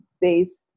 based